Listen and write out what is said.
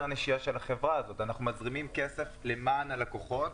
אנחנו מזרימים כסף למען הלקוחות,